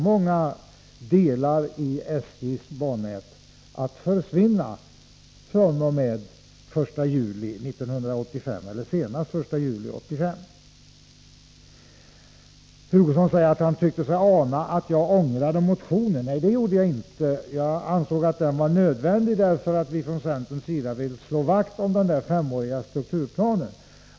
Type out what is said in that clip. Många delar i SJ:s bannät kommer då att försvinna senast den 1 juli 1985. Hugosson tyckte sig ana att jag ångrade att jag hade väckt motionen. Nej, det gjorde jag inte. Jag ansåg att den var nödvändig, eftersom vi från centerns sida vill slå vakt om den femåriga strukturplanen.